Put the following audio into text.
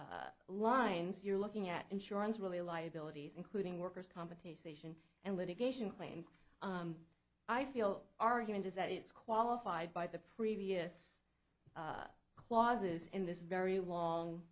lines you're looking at insurance really liabilities including workers competition and litigation claims i feel argument is that it's qualified by the previous clauses in this very long